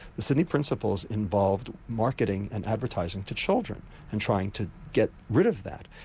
the sydney principles involved marketing and advertising to children and trying to get rid of that,